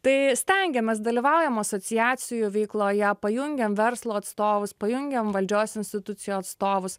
tai stengiamas dalyvaujama asociacijų veikloje pajungiame verslo atstovus pajungiame valdžios institucijų atstovus